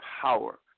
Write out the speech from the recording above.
power